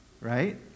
right